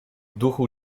duchu